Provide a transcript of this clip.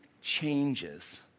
changes